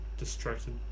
distracted